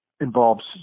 involves